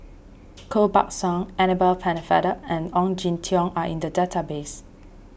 Koh Buck Song Annabel Pennefather and Ong Jin Teong are in the database